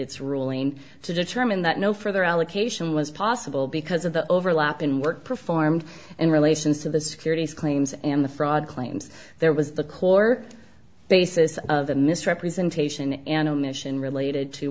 its ruling to determine that no further allocation was possible because of the overlap in work performed in relation to the securities claims and the fraud claims there was the core basis of the misrepresentation and omission related to